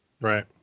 Right